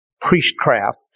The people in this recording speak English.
priestcraft